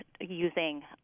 using